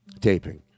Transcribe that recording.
taping